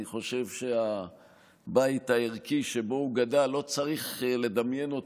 אני חושב שאת הבית הערכי שבו הוא גדל לא צריך לדמיין,